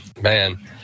Man